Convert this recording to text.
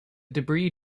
debris